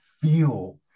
feel